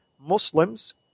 Muslims